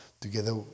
together